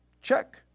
Check